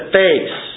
face